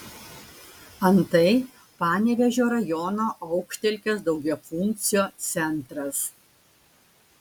antai panevėžio rajono aukštelkės daugiafunkcio centras